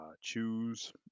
choose